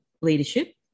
leadership